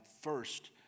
first